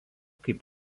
kaip